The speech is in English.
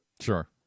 sure